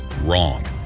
Wrong